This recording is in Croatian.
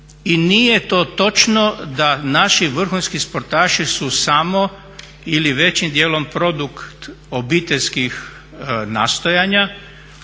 i nije to točno da naši vrhunski sportaši su samo ili većim dijelom produkt obiteljskim nastojanja,